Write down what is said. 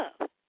love